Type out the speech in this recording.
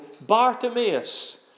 Bartimaeus